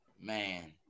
man